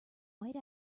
white